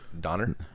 Donner